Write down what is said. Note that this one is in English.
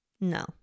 No